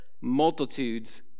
multitudes